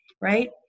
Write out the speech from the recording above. right